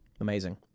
Amazing